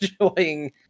enjoying